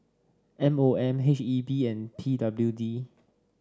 M O M H E B and P W D